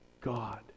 God